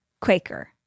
Quaker